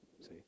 see